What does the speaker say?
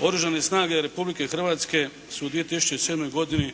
Oružane snage Republike Hrvatske su u 2007. godini